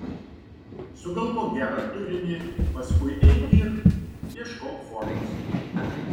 sugalvok gerą turinį paskui eik ir ieškok formos